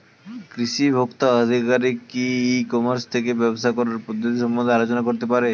কৃষি ভোক্তা আধিকারিক কি ই কর্মাস থেকে ব্যবসা করার পদ্ধতি সম্বন্ধে আলোচনা করতে পারে?